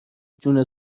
جون